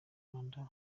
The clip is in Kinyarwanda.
rwanda